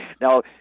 Now